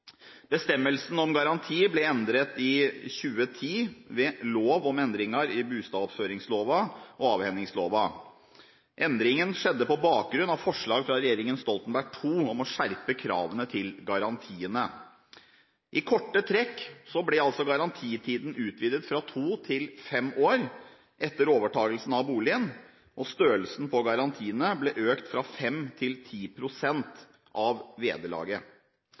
Bestemmelsen om garanti ble endret i 2010 ved lov om endringar i bostedoppføringsloven og avhendingsloven. Endringen skjedde på bakgrunn av forslag fra regjeringen Stoltenberg II om å skjerpe kravene til garantiene. I korte trekk ble garantitiden utvidet fra to til fem år etter overtakelsen av boligen, og størrelsen på garantiene ble økt fra 5 til 10 pst. av vederlaget.